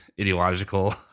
ideological